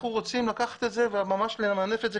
אנחנו רוצים לקחת את זה וממש למנף את זה